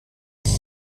it’s